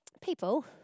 people